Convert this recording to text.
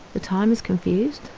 the time is confused,